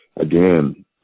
again